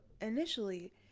initially